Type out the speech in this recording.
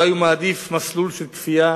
אולי הוא מעדיף מסלול של כפייה,